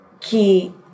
key